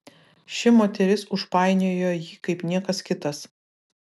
ši moteris užpainiojo jį kaip niekas kitas